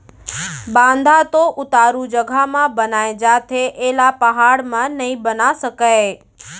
बांधा तो उतारू जघा म बनाए जाथे एला पहाड़ म नइ बना सकय